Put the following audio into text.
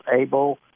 able